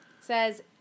says